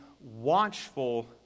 watchful